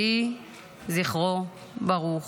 יהי זכרו ברוך.